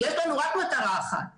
יש לנו רק מטרה אחת,